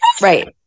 Right